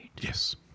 Yes